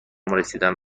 رسیدن